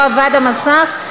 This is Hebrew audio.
לא עבד המסך,